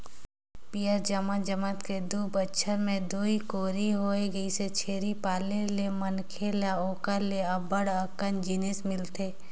पियंर जमत जमत के दू बच्छर में दूई कोरी होय गइसे, छेरी पाले ले मनखे ल ओखर ले अब्ब्ड़ अकन जिनिस मिलथे